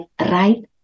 right